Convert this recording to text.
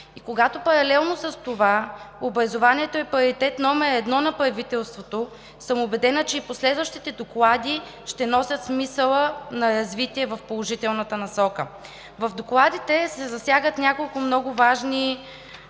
Когато паралелно с това образованието е приоритет номер едно на правителството, съм убедена, че и последващите доклади ще носят смисъла на развитие в положителната насока. В докладите се засягат няколко много важни